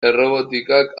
errobotikak